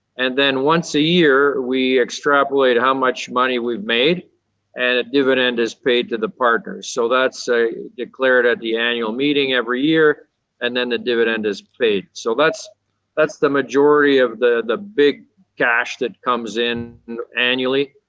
and then once a year we extrapolate how much money we've made and a dividend is paid to the partners. so that's declared at the annual meeting every year and then the dividend is paid. so that's that's the majority of the the big cash that comes in annually,